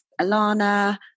Alana